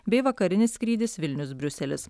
bei vakarinis skrydis vilnius briuselis